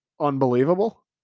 unbelievable